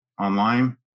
online